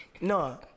No